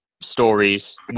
stories